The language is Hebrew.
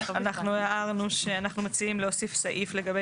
אנחנו הערנו שאנחנו מציעים להוסיף סעיף לגבי